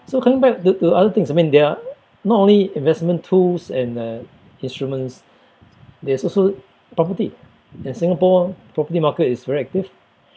so coming back the to other things I mean there are not only investment tools and uh instruments there's also property and Singapore property market is very active